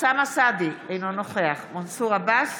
אוסאמה סעדי, אינו נוכח מנסור עבאס,